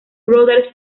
brothers